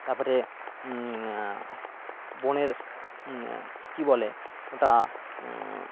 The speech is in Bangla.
তারপরে বনের কী বলে ওটা